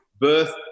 birth